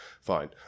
fine